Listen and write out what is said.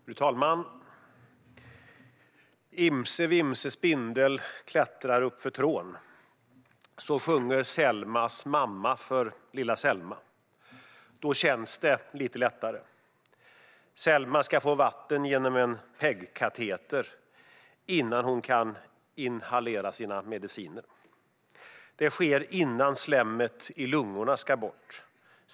Fru talman! Imse vimse spindel klättrar uppför trå'n - så sjunger Selmas mamma för lilla Selma. Då känns det lite lättare. Selma ska få vatten genom en PEG-kateter innan hon kan inhalera sina mediciner. Det sker innan slemmet i lungorna ska bort.